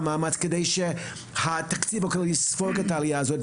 מאמץ כדי שהתקציב הכללי יספוג את העלייה הזאת.